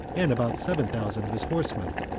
and about seven thousand of his horsemen.